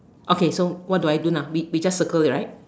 okay so what do I do now we we just circle it right